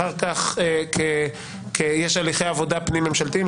אחר כך יש הליכי עבודה פנים ממשלתיים,